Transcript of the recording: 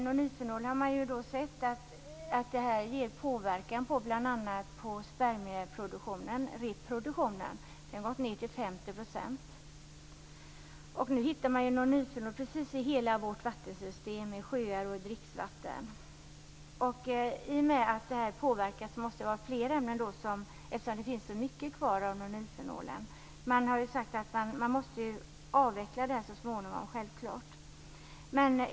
Nonylfenol har man sett ger påverkan på bl.a. spermiereproduktionen. Den har gått ned till 50 %. Nu hittar man nonylfenol i precis hela vårt vattensystem, i sjöar och dricksvatten. I och med att detta påverkas måste det vara fråga om fler ämnen, eftersom det finns så mycket kvar av nonylfenolen. Man måste självklart avveckla detta så småningom.